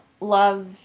love